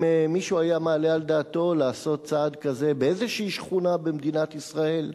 אם מישהו היה מעלה על דעתו לעשות צעד כזה באיזו שכונה במדינת ישראל,